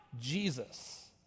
Jesus